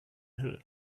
hill